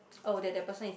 oh that that person is